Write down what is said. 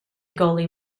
goalie